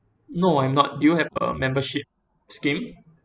no I'm not do you have a membership scheme